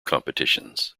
competitions